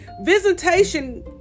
Visitation